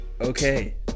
okay